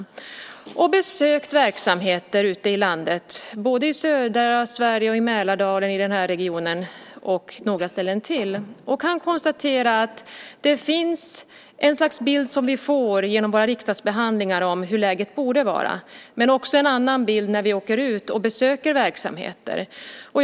Jag har besökt verksamheter ute i landet, både i södra Sverige, i Mälardalen, i den här regionen och på ytterligare några ställen, och kan konstatera att vi genom våra riksdagsbehandlingar får ett slags bild av hur läget borde vara. Det finns emellertid också en annan bild som vi kan se när vi besöker verksamheter ute i landet.